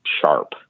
sharp